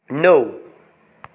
णव